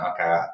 okay